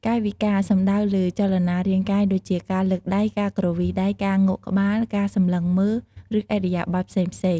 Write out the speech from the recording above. កាយវិការ សំដៅលើចលនារាងកាយដូចជា ការលើកដៃ ការគ្រវីដៃ ការងក់ក្បាល ការសម្លឹងមើល ឬឥរិយាបថផ្សេងៗ។